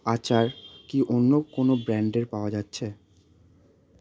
আচার কি অন্য কোনও ব্র্যান্ডের পাওয়া যাচ্ছে